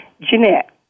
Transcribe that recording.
Jeanette